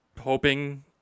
hoping